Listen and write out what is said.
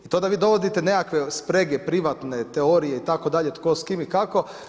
I to da vi dovodite nekakve sprege privatne teorije itd. tko, s kim i kako.